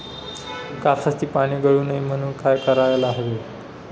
कापसाची पाने गळू नये म्हणून काय करायला हवे?